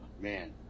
man